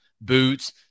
boots